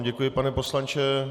Děkuji vám, pane poslanče.